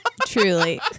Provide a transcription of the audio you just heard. Truly